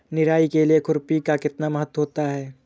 निराई के लिए खुरपी का कितना महत्व होता है?